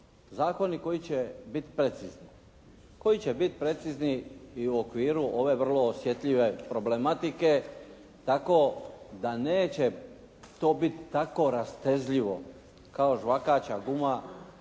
precizni. Koji će biti precizni i u okviru ove vrlo osjetljive problematike tako da neće to biti tako rastezljivo kao žvakača guma